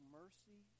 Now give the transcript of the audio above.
mercy